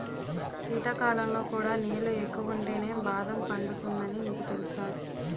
శీతాకాలంలో కూడా నీళ్ళు ఎక్కువుంటేనే బాదం పండుతుందని నీకు తెలుసా?